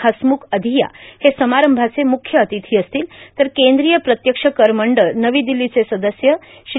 हसमुख अधिया हे समारंभाचे मुख्य अतिथी असतील तर केंद्रीय प्रत्यक्ष कर मंडळ नवी दिल्लीचे सदस्य श्री